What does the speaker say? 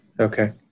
Okay